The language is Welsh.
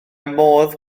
modd